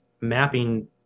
mapping